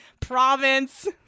Province